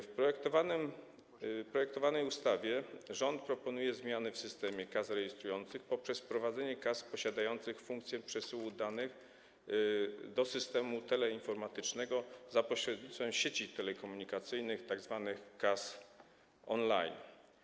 W projektowanej ustawie rząd proponuje zmiany w systemie kas rejestrujących poprzez wprowadzenie kas posiadających funkcję przesyłu danych do systemu teleinformatycznego za pośrednictwem sieci telekomunikacyjnych, tzw. kas on-line.